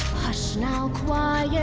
hush now quiet, yeah